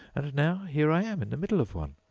and now here i am in the middle of one!